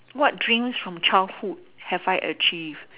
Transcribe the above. what dreams from childhood have I achieved